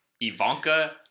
Ivanka